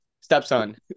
Stepson